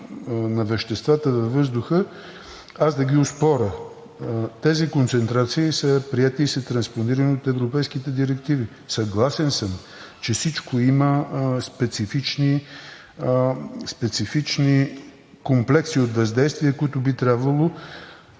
на веществата във въздуха аз да ги оспоря. Тези концентрации са приети и са транспонирани от европейските директиви. Съгласен съм, че всичко има специфични комплекси от въздействия, които би трябвало